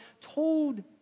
told